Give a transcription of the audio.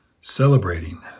celebrating